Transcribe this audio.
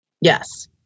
yes